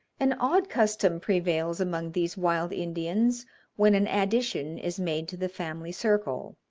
an odd custom prevails among these wild indians when an addition is made to the family circle.